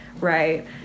Right